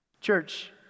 Church